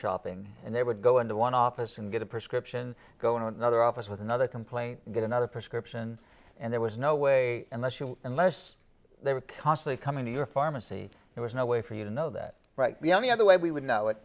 shopping and they would go into one office and get a prescription go into another office with another complaint get another prescription and there was no way unless you unless they were costly coming to your pharmacy there was no way for you to know that right be any other way we would know